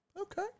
Okay